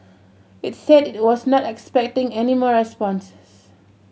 it said it was not expecting any more responses